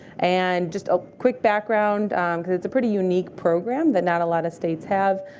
and just a quick background because it's a pretty unique program that not a lot of states have.